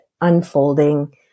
unfolding